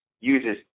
uses